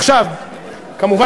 כמובן,